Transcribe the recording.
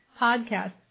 podcast